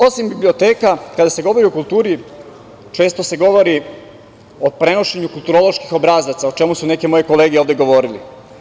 Osim biblioteka, kada se govori o kulturi, često se govori o prenošenju kulturoloških obrazaca, a o čemu su neke moje kolege ovde govorile.